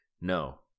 No